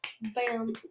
Bam